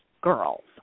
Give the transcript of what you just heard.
girls